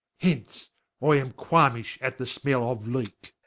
hence i am qualmish at the smell of leeke